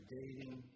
dating